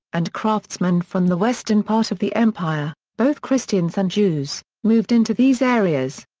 and craftsmen from the western part of the empire, both christians and jews, moved into these areas.